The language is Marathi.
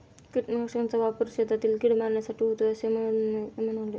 कीटकनाशकांचा वापर शेतातील कीड मारण्यासाठी होतो असे मोहिते म्हणाले